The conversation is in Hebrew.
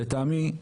לטעמי,